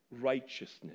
righteousness